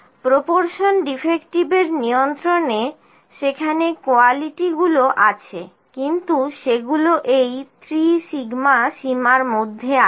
proportion ডিফেক্টিভের নিয়ন্ত্রণে সেখানে কোয়ালিটিগুলো আছে কিন্তু সেগুলো এই 3σ সীমার মধ্যে আছে